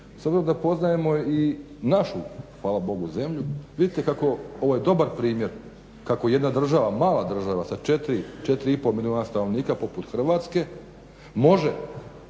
obzirom da poznajemo i našu hvala Bogu zemlju vidite kako je ovo dobar primjer kako jedna država, mala država sa 4,5 milijuna stanovnika poput Hrvatske može